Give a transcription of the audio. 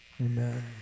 Amen